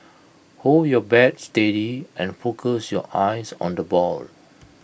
hold your bat steady and focus your eyes on the ball